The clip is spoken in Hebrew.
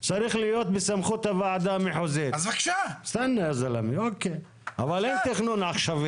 אז מה את רוצה, שאני אתן לך את זה חלק?